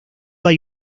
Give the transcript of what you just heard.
hay